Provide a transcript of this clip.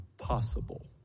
possible